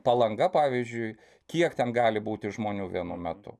palanga pavyzdžiui kiek ten gali būti žmonių vienu metu